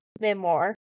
Memoir